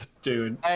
Dude